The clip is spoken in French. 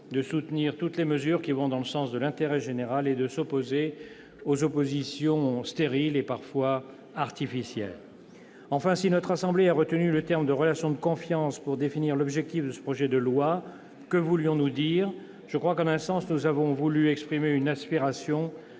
de soutenir toutes les mesures qui vont dans le sens de l'intérêt général et de s'opposer aux divisions stériles et parfois artificielles. Enfin, en retenant, au sein de notre assemblée, les termes « relation de confiance » pour définir l'objectif de ce projet de loi, que voulions-nous dire ? Je crois qu'en un sens nous avons voulu exprimer une aspiration